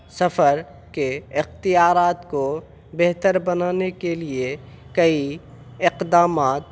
سفر کے اختیارات کو بہتر بنانے کے لیے کئی اقدامات